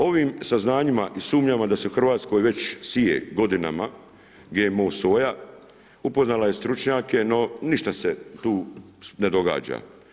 Ovim saznanjima i sumnjama da se u Hrvatskoj već sije godinama GMO soja upoznala je stručnjake no ništa se tu ne događa.